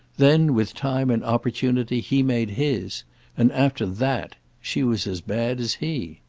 then with time and opportunity he made his and after that she was as bad as he.